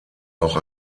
auch